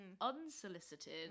unsolicited